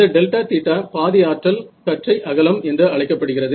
இந்த delta theta பாதி ஆற்றல் கற்றை அகலம் என்று அழைக்கப்படுகிறது